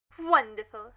Wonderful